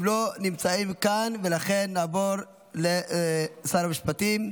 הם לא נמצאים כאן, ולכן נעבור לשר המשפטים,